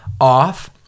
off